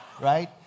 Right